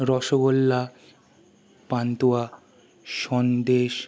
rasgulla pantua Sandesh